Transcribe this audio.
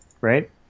right